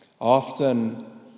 often